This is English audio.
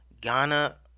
Ghana